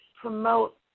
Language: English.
promote